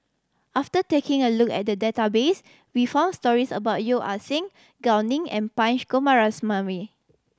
after taking a look at the database we found stories about Yeo Ah Seng Gao Ning and Punch Coomaraswamy